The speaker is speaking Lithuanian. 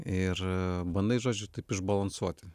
ir bandai žodžiu taip išbalansuoti